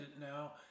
now